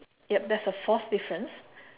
yup that's the fourth difference